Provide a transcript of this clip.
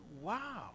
wow